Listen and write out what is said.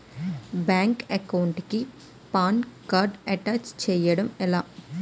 Bank account కి PAN card attach చేయడం ఎలా?